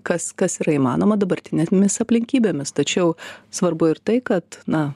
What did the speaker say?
kas kas yra įmanoma dabartinėmis aplinkybėmis tačiau svarbu ir tai kad na